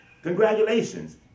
Congratulations